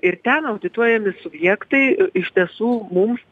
ir ten audituojami subjektai iš tiesų mums